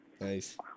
Nice